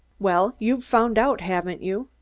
well, you've found out, haven't you?